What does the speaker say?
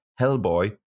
Hellboy